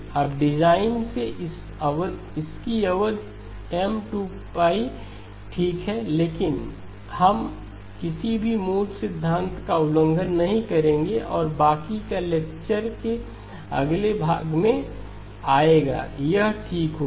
अब डिजाइन से इसकी अवधि M 2π ठीक है लेकिन हम किसी भी मूल सिद्धांत का उल्लंघन नहीं करेंगे और बाकी का लेक्चर के अगले भाग में आएगा यह ठीक होगा